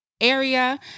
area